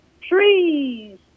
Trees